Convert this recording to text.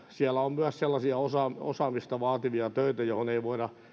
siellä on myös sellaisia osaamista vaativia töitä johon ei voida